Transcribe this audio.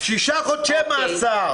שישה חודשי מאסר.